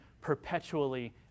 perpetually